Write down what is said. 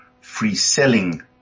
free-selling